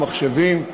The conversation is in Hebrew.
מחשבים,